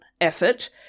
effort